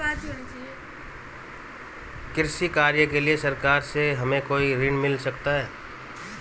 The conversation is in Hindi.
कृषि कार्य के लिए सरकार से हमें कोई ऋण मिल सकता है?